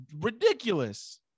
ridiculous